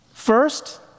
First